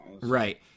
Right